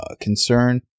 concern